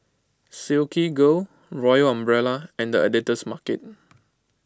Silkygirl Royal Umbrella and the Editor's Market